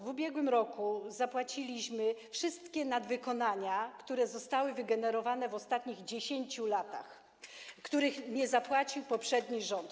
W ubiegłym roku zapłaciliśmy wszystkie nadwykonania, które zostały wygenerowane w ostatnich 10 latach, których nie zapłacił poprzedni rząd.